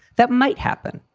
that might happen.